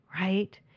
right